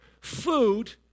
food